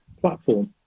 platform